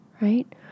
right